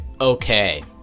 okay